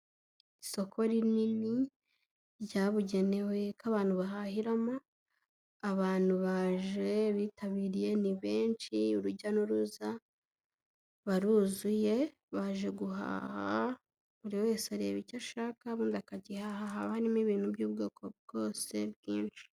Isoko rinini ryabugenewe ko abantu bahahiramo, abantu baje, bitabiriye, ni benshi, urujya n'uruza, baruzuye, baje guhaha buri wese areba icyo ashaka, ubundi akagihaha, haba harimo ibintu by'ubwoko bwose byinshi.